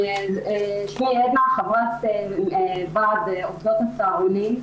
אני חברת ועד עובדות הצהרונים.